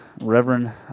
reverend